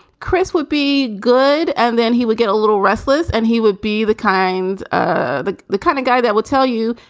chris would be good. and then he would get a little restless and he would be the kind ah the the kind of guy that will tell you,